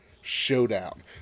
Showdown